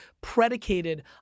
predicated